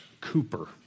Cooper